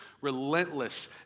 relentless